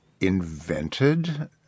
invented